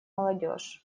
молодежь